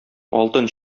алтын